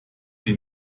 sie